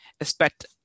Expect